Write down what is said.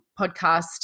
podcast